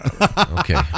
Okay